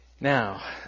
Now